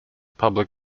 public